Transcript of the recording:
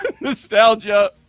nostalgia